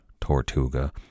Tortuga